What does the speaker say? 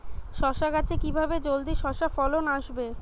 শশা গাছে কিভাবে জলদি শশা ফলন আসবে?